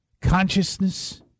consciousness